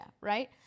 right